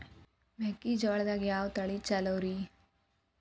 ಮೆಕ್ಕಿಜೋಳದಾಗ ಯಾವ ತಳಿ ಛಲೋರಿ?